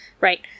right